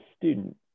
student